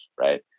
right